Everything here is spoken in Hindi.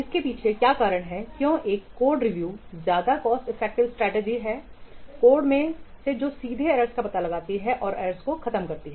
इसके पीछे क्या कारण है क्यों एक कोड रिव्यू ज्यादा कॉस्ट इफेक्टिव स्ट्रेटजी है कोड में से जो सीधे एरर्स का पता लगाती है और एरर्स को खत्म करती हैं